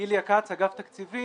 אני